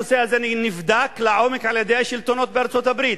הנושא הזה נבדק לעומק על-ידי השלטונות בארצות-הברית,